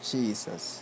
Jesus